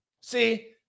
See